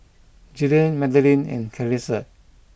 Jillian Madeleine and Clarissa